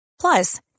plus